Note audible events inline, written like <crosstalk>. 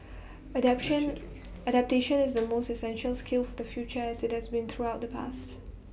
adaption <noise> adaptation is the most essential skill for the future as IT has been throughout <noise> the past